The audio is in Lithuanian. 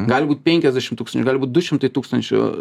gali būt penkiasdešim tūkstančių gali būt du šimtai tūkstančių